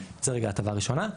זה רגע ההטבה הראשונה,